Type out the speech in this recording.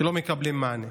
שלא מקבלות מענה.